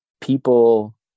people